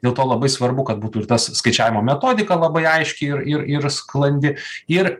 dėl to labai svarbu kad būtų ir tas skaičiavimo metodika labai aiškiai ir ir ir sklandi ir